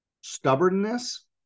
stubbornness